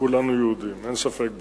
כולנו יהודים, אין ספק בזה.